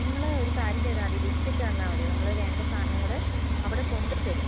നിങ്ങൾ ഒരു കാര്യം ചെയ്താൽ മതി ലിസ്റ്റ് ഇട്ട് തന്നാൽ മതി നമ്മൾ വേണ്ട സാധനങ്ങൾ അവിടെ കൊണ്ടുത്തരും